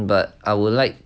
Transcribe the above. but I would like